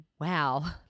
wow